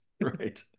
Right